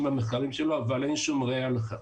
במחקרים שלו אבל אין שום ראיה לכך.